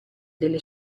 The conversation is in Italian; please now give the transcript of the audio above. delle